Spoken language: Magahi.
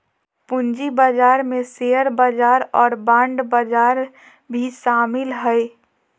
पूँजी बजार में शेयर बजार और बांड बजार भी शामिल हइ